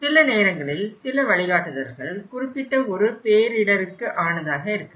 சில நேரங்களில் சில வழிகாட்டுதல்கள் குறிப்பிட்ட ஒரு பேரிடருக்கானதாக இருக்கும்